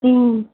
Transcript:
మ్మ్